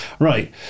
Right